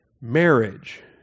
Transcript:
Marriage